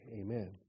Amen